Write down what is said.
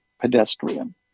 pedestrian